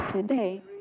Today